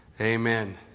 Amen